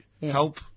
help